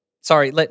sorry